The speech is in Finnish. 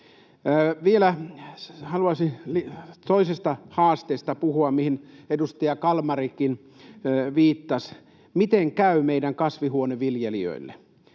Vielä haluaisin puhua toisesta haasteesta, mihin edustaja Kalmarikin viittasi: miten käy meidän kasvihuoneviljelijöille.